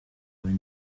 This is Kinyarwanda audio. kure